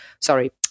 sorry